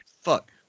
fuck